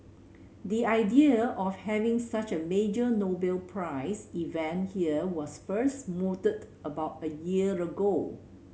the idea of having such a major Nobel Prize event here was first mooted about a year ago